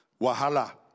wahala